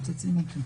כן.